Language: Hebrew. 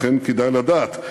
אכן כדאי לדעת,